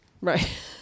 Right